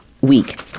week